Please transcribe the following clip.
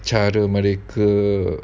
cara mereka